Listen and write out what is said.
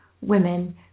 women